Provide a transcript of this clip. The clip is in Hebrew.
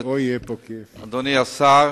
אדוני השר,